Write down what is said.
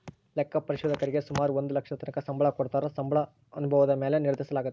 ಲೆಕ್ಕ ಪರಿಶೋಧಕರೀಗೆ ಸುಮಾರು ಒಂದು ಲಕ್ಷದತಕನ ಸಂಬಳ ಕೊಡತ್ತಾರ, ಸಂಬಳ ಅನುಭವುದ ಮ್ಯಾಲೆ ನಿರ್ಧರಿಸಲಾಗ್ತತೆ